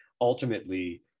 ultimately